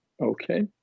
Okay